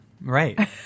Right